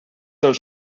els